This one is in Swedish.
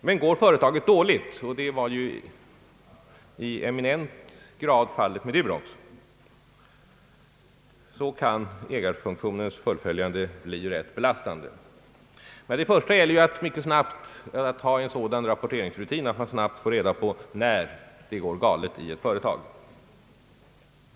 Men går företaget dåligt — och det var i eminent grad fallet med Durox — kan ägarfunktionens fullföljande bli rätt belastande. Till att börja med måste rapporteringsrutinen vara sådan att man mycket snabbt får reda på när det går galet i ett företag.